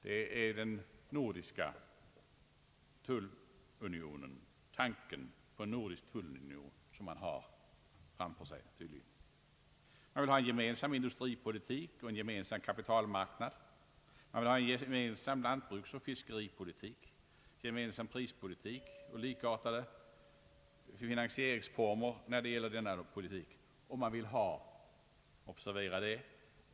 Det är tydligen tanken på en nordisk tullunion som här tas upp. Man vill ha en gemensam industripolitik och en gemensam kapitalmarknad. Man vill ha en gemensam lantbruksoch fiskeripolitik, en gemensam prispolitik och likartade finansieringsformer för denna prispolitik. Man vill ha — observera det!